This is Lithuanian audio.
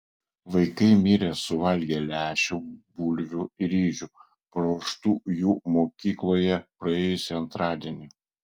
vaikai mirė suvalgę lęšių bulvių ir ryžių paruoštų jų mokykloje praėjusį antradienį